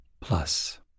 plus